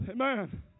Amen